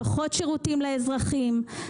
פחות שירותים לאזרחים,